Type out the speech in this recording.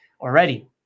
already